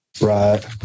Right